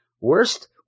Worst